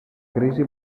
crisi